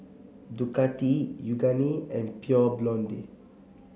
Ducati Yoogane and Pure Blonde